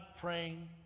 praying